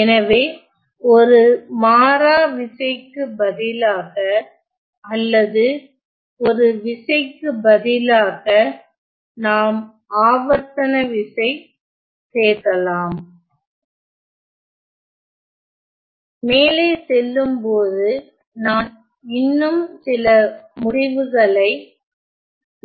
எனவே ஒரு மாறா விசைக்கு பதிலாக அல்லது ஒரு விசைக்கு பதிலாக நாம் ஆவர்த்தனவிசை சேர்க்கலாம் மேலே செல்லும் பொழுது நான் இன்னும் சில